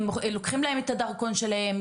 לוקחים להם את הדרכון שלהם,